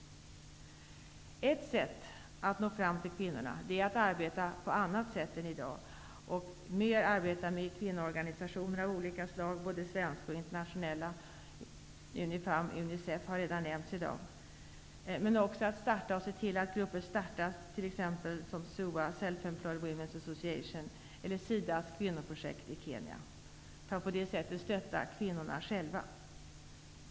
Ett sätt att nå fram till kvinnorna är att arbeta på annat sätt än i dag. Man arbetar mer med kvinnoorganisationer av olika slag, både svenska och internationella. UNIFEM och UNICEF har redan nämnts här i dag. Men man kan också se till att grupper startas, som t.ex. SEWA, Self Employed Women's Association, eller SIDA:s kvinnoprojekt i Kenya, för att på detta sätt stötta kvinnorna själva.